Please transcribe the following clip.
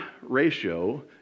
ratio